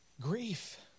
Grief